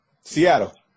Seattle